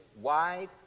wide